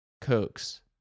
Cokes